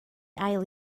ail